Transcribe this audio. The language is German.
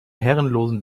herrenlosen